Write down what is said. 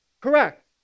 correct